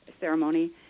ceremony